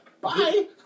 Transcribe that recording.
bye